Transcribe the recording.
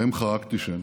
שבהן חרקתי שן,